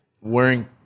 wearing